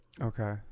Okay